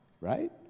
right